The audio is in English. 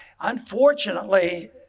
unfortunately